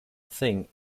thing